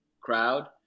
crowd